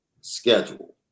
schedule